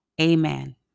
Amen